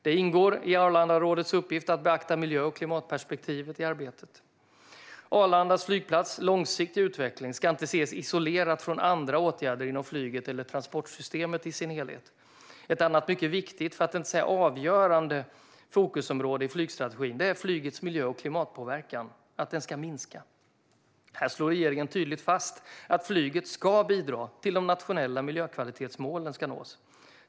Det ingår i Arlandarådets uppgift att beakta miljö och klimataspekter i arbetet. Arlanda flygplats långsiktiga utveckling ska inte ses isolerat från andra åtgärder inom flyget eller transportsystemet i sin helhet. Ett annat mycket viktigt, för att inte säga avgörande, fokusområde i flygstrategin är att flygets miljö och klimatpåverkan ska minska. Här slår regeringen tydligt fast att flyget ska bidra till att de nationella miljökvalitetsmålen ska nås.